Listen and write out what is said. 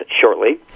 shortly